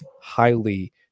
highly